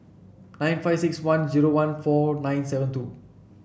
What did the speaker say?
nine five six one zero one four nine seven two